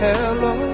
Hello